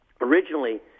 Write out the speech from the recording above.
Originally